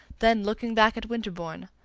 then looking back at winterbourne,